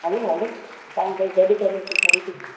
हलो hello पाण ॿई गॾु करे अचू ख़रीदी